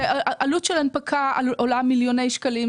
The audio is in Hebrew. עלות של הנפקה עולה מיליוני שקלים,